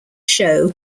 show